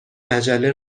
مجله